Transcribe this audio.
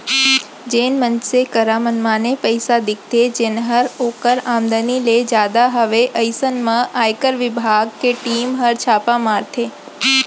जेन मनसे करा मनमाने पइसा दिखथे जेनहर ओकर आमदनी ले जादा हवय अइसन म आयकर बिभाग के टीम हर छापा मारथे